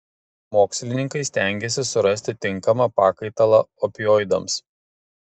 mokslininkai stengiasi surasti tinkamą pakaitalą opioidams